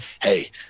hey